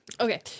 okay